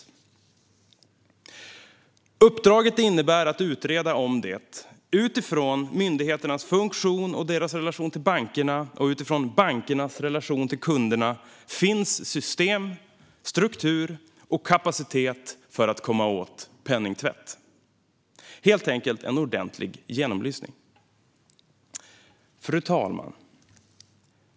Uppdraget innebär att utreda om det utifrån myndigheternas funktion och deras relation till bankerna och utifrån bankernas relation till kunderna finns system, struktur och kapacitet för att komma åt penningtvätt - helt enkelt en ordentlig genomlysning. Fru talman!